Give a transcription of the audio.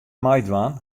meidwaan